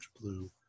blue